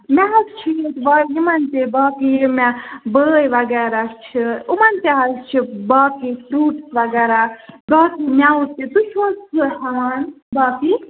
مےٚ حظ چھِ ییٚتہِ وار یِمَن تہِ باقٕے یِم مےٚ بٲے وغیرہ چھِ یِمَن تہِ حظ چھِ باقٕے فرٛوٗٹس وغیرہ باقٕے مٮ۪وٕ تہِ تُہۍ چھِو حظ سُہ ہٮ۪وان باقٕے